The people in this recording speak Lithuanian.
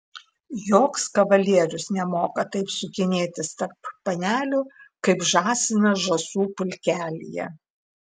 joks kavalierius nemoka taip sukinėtis tarp panelių kaip žąsinas žąsų pulkelyje